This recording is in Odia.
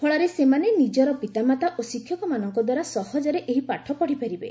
ଫଳରେ ସେମାନେ ନିକର ପିତାମାତା ଓ ଶିକ୍ଷକମାନଙ୍କ ଦ୍ୱାରା ସହଜରେ ଏହି ପାଠ ପଢ଼ିପାରିବେ